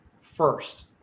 first